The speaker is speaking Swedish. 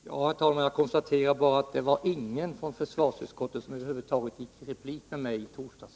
Herr talman! Jag bara konstaterar att det inte var någon från försvarsutskottet som över huvud taget gick i replik med mig i torsdags.